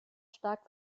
stark